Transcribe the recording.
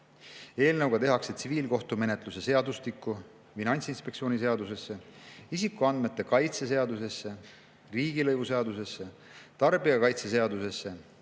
huve. Eelnõuga tehakse tsiviilkohtumenetluse seadustikku, Finantsinspektsiooni seadusesse, isikuandmete kaitse seadusesse, riigilõivuseadusesse, tarbijakaitseseadusesse,